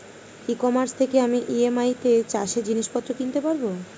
ই commerce থেকে আমি EMI তে চাষে জিনিসপত্র কিনতে পারব?